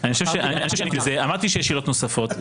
אמרתי שיש עילות נוספות.